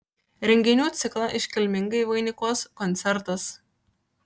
renginių ciklą iškilmingai vainikuos koncertas